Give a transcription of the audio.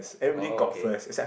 oh okay